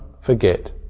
forget